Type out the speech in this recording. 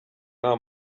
nta